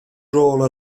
rôl